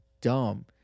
dumb